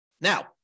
Now